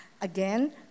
Again